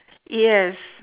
yes